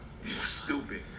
Stupid